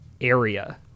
area